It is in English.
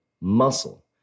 muscle